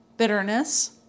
bitterness